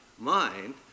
mind